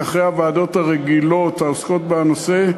היא אחרי הוועדות הרגילות העוסקות בנושא,